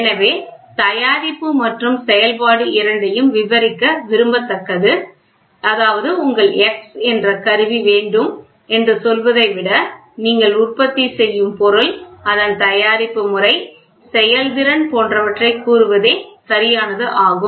எனவே தயாரிப்பு மற்றும் செயல்பாடு இரண்டையும் விவரிக்க விரும்பத்தக்கது அதாவது உங்கள் x என்று கருவி வேண்டும் என்று சொல்வதைவிட நீங்கள் உற்பத்தி செய்யும் பொருள் அதன் தயாரிப்பு முறை செயல்திறன் போன்றவற்றை கூறுவதே சரியானது ஆகும்